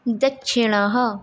दक्षिणः